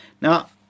Now